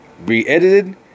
re-edited